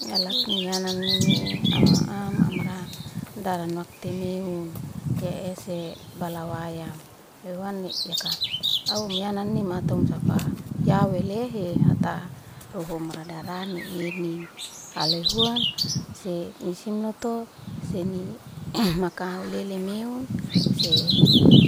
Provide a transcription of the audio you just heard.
Lakni ananime am- am amra daran wakti meun ya ese bala wayam loy huanni yaka au um yanani mata umsafa yawe welehe hata rohu um radarani enin haloy huan se misin lotu seni maka haulele meun se